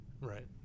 Right